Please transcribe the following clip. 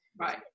Right